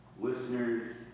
Listeners